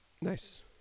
Nice